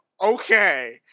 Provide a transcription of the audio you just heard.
Okay